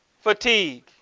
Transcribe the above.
Fatigue